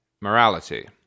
morality